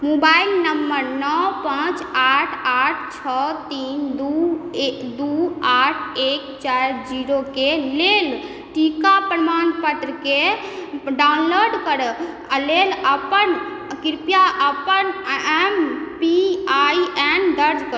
mobile number नओ पाँच आठ आठ छओ तीन दू दू आठ एक चारि जीरोके लेल टीका प्रमाणपत्रके डाउनलोड करऽ लेल कृपया अपन एम पी आइ एन दर्ज करू